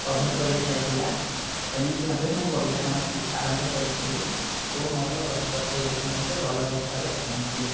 cover କରି ଦିଆ ହୋଇଥିଲା ଏମିତି ଭାବେ ମୋ ବଗିଚା କାମଟି ଆରମ୍ଭ କରିଥିଲି ଓ ମୋର ଗଛଗୁଡ଼ିକ ମଧ୍ୟ ଭଲ ଅବସ୍ଥାରେ ଅଛନ୍ତି